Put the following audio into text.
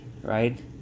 right